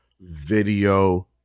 video